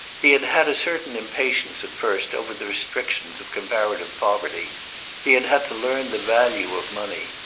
he had had a certain impatience at first over the restrictions of comparative poverty he had had to learn the value of money.